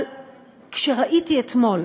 אבל כשראיתי אתמול